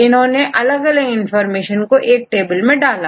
इन्होंने अलग अलग इंफॉर्मेशन को एक टेबल में डाला